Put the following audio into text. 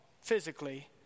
physically